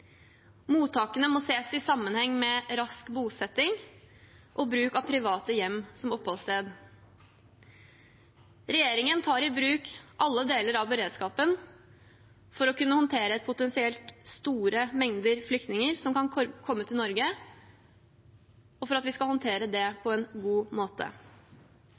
Mottakene må sees i sammenheng med rask bosetting og bruk av private hjem som oppholdssted. Regjeringen tar i bruk alle deler av beredskapen for å kunne håndtere potensielt store mengder flyktninger som kan komme til Norge, og for at vi skal håndtere det på en god måte.